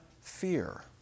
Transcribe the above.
fear